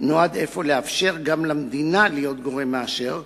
נועד אפוא לאפשר גם למדינה להיות גורם מאשר,